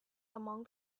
among